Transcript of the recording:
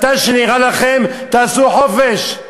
מתי שנראה לכם, תעשו חופש.